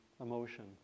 emotion